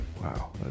Wow